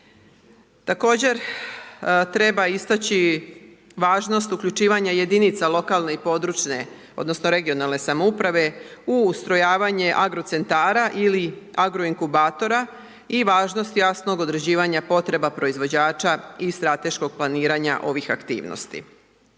Također, treba istaći važnost uključivanja jedinice lokalne i područne odnosno regionalne samouprave u ustrojavanje agrocentara ili agroinkubatora i važnost jasnog određivanja potreba proizvođača i strateškog planiranja ovih aktivnosti.